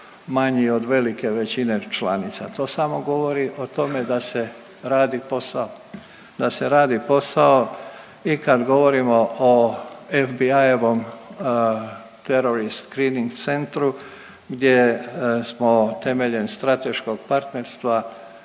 manji od velike većine članica. To samo govori o tome da se radi posao, da se radi posao i kad govorimo o FBI-ovom Terrorist Screening Centru gdje smo temeljem strateškog partnerstva